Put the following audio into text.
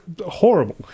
horrible